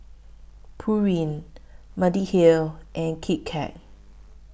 Pureen Mediheal and Kit Kat